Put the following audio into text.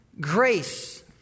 grace